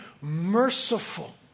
merciful